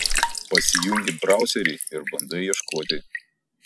pasijungi brauserį ir bandai ieškoti